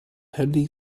hindi